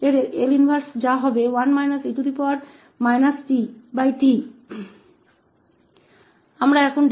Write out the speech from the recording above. तो यह की 𝐿 इनवर्स s1ss1ds का 1 e tt होगा